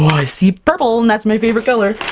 i see purple and that's my favorite color!